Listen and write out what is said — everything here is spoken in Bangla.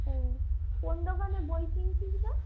ও কোন দোকানে বই কিনছিস রে